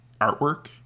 artwork